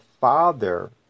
Father